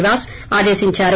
నివాస్ ఆదేశించారు